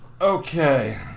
Okay